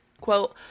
Quote